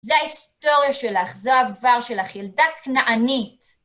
זה ההיסטוריה שלך, זה העבר שלך, ילדה כנענית.